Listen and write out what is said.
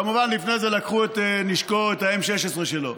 כמובן, לפני זה לקחו את נשקו, את ה-M16 שלו.